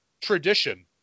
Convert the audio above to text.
tradition